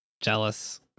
Jealous